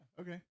Okay